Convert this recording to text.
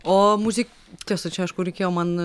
o muzi tiesa čia aišku reikėjo man